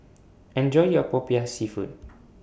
Enjoy your Popiah Seafood